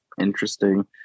interesting